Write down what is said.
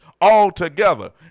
altogether